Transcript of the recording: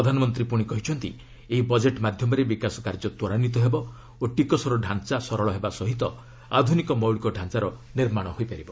ପ୍ରଧାନମନ୍ତ୍ରୀ ପୁଣି କହିଛନ୍ତି ଏହି ବଜେଟ୍ ମାଧ୍ୟମରେ ବିକାଶ କାର୍ଯ୍ୟ ତ୍ୱରାନ୍ୱିତ ହେବ ଓ ଟିକସର ତାଞ୍ଚା ସରଳ ହେବା ସହିତ ଆଧୁନିକ ମୌଳିକ ଡାଞ୍ଚାର ନିର୍ମାଣ ହୋଇପାରିବ